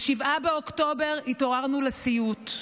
ב-7 באוקטובר התעוררנו לסיוט.